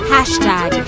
Hashtag